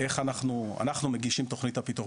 אנחנו כנגה מגישים את תכנית הפיתוח.